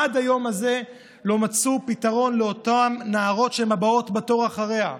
עד היום הזה לא מצאו פתרון לאותן נערות שהן הבאות בתור אחריה.